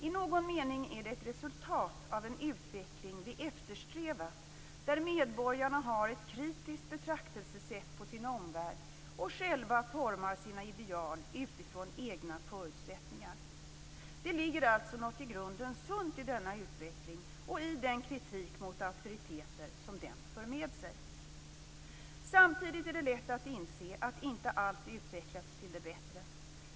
I någon mening är det ett resultat av en utveckling vi eftersträvat, där medborgarna har ett kritiskt betraktelsesätt på sin omvärld och själva formar sina ideal utifrån egna förutsättningar. Det ligger alltså något i grunden sunt i denna utveckling och i den kritik mot auktoriteter som den för med sig. Samtidigt är det lätt att inse att inte allt utvecklats till det bättre.